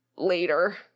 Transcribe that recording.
later